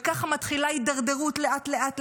וככה מתחילה הידרדרות לאט,